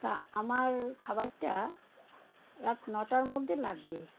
তা আমার খাবারটা রাত নটার মধ্যে লাগবে